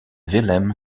wilhelm